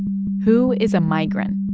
who is a migrant?